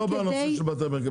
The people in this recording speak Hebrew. לא בנושא של בתי מרקחת.